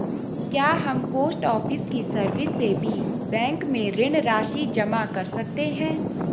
क्या हम post office की सर्विस से भी बैंक में ऋण राशि जमा कर सकते हैं?